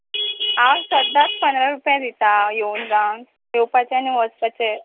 हांव सद्दांच पंदरा रुपया दितां हांव येवन जावन येवपाचें आनी वचपाचें